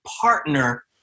partner